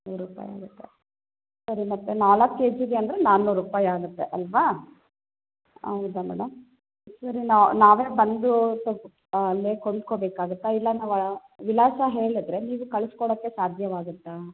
ನೂರು ರೂಪಾಯಿ ಆಗುತ್ತಾ ಸರಿ ಮತ್ತೆ ನಾಲ್ಕು ಕೆ ಜಿಗೆ ಅಂದರೆ ನಾನೂರು ರೂಪಾಯಿ ಆಗುತ್ತೆ ಅಲ್ಲವಾ ಹೌದಾ ಮೇಡಮ್ ಸರಿ ನಾವೇ ಬಂದು ಅಂದರೆ ಕೊಂಡ್ಕೊಬೇಕಾಗುತ್ತಾ ಇಲ್ಲ ನಾವು ವಿಳಾಸ ಹೇಳಿದ್ರೆ ನೀವು ಕಳಿಸ್ಕೊಡಕ್ಕೆ ಸಾಧ್ಯವಾಗುತ್ತಾ